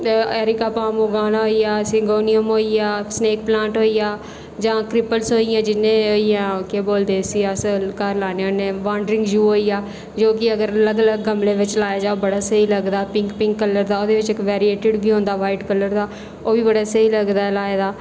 areca palm उगाना होई गेआ सीगोनीयम होई गेआ स्नेक प्लांट होई गेई जां क्रीपर्स होई गेइयां जियां होई गेइयां केह् बोलदे इसी अस घर लान्ने होन्ने आं वांडरिंग जू होई गेआ जो कि अगर अलग अलग गमले बिच्च लाया जा ओह् बड़ा स्हेई लगदा पिंक पिंक कलर दा ओह्दे बिच्च इक वेरिएट्ड बी होंदा व्हाइट कलर दा ओह् बी बड़ा स्हेई लगदा ऐ लाए दा